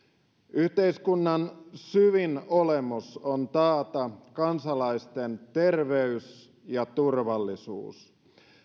yhteiskunnan syvin olemus on taata kansalaisten terveys ja turvallisuus